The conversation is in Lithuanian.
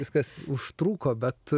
viskas užtruko bet